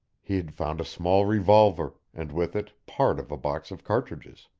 he had found a small revolver, and with it part of a box of cartridges.